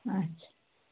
اَچھا